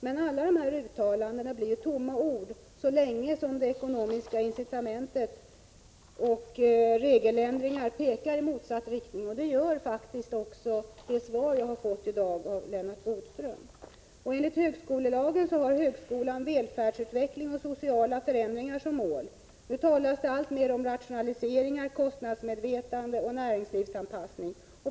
Men alla dessa uttalanden blir tomma ord så länge det ekonomiska incitamentet och regeländringar pekar i motsatt riktning. Det gör faktiskt också det svar jag har fått i dag av Lennart Bodström. Enligt högskolelagen har högskolan välfärdsutveckling och sociala förändringar som mål. Nu talas det alltmer om rationaliseringar, kostnadsmedvetande och näringslivsanpassning.